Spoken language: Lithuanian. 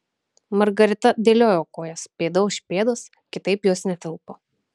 margarita dėliojo kojas pėda už pėdos kitaip jos netilpo